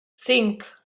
cinc